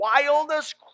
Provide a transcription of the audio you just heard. wildest